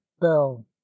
bell